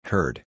Heard